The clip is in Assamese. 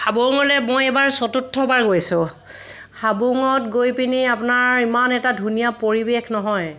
হাবুঙলে মই এইবাৰ চতুৰ্থবাৰ গৈছোঁ হাবুঙত গৈ পিনি আপোনাৰ ইমান এটা ধুনীয়া পৰিৱেশ নহয়